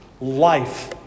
Life